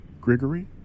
Grigory